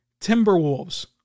Timberwolves